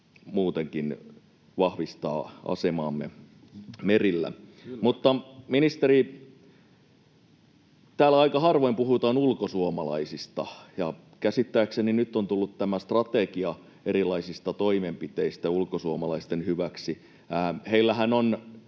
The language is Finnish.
muutenkin vahvistaa asemaamme merillä. Mutta, ministeri, täällä aika harvoin puhutaan ulkosuomalaisista, ja käsittääkseni nyt on tullut tämä strategia erilaisista toimenpiteistä ulkosuomalaisten hyväksi. Heillähän,